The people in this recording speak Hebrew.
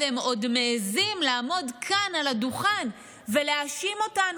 והם עוד מעיזים לעמוד כאן על הדוכן ולהאשים אותנו,